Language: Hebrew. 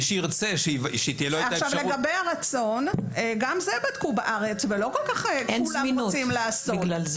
גם את הרצון בדקו בארץ, כשלא כולם רצו לעשות.